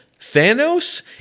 Thanos